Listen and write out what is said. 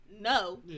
no